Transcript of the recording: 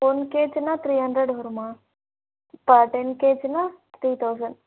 one கேஜினா three hundred வரும்மா அப்போ டென் கேஜின்னா த்ரீ தௌசண்ட்